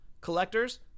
collectors